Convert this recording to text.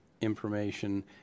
information